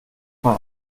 man